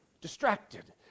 distracted